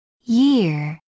Year